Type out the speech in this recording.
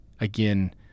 again